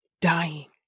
dying